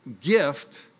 gift